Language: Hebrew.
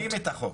עוקפים את החוק.